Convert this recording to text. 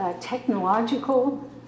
technological